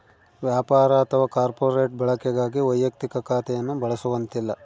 ವ್ಯಾಪಾರ ಅಥವಾ ಕಾರ್ಪೊರೇಟ್ ಬಳಕೆಗಾಗಿ ವೈಯಕ್ತಿಕ ಖಾತೆಯನ್ನು ಬಳಸುವಂತಿಲ್ಲ